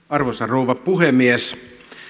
arvoisa rouva puhemies